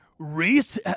Reese